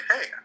hey